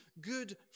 good